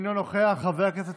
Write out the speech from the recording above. אינו נוכח, חבר הכנסת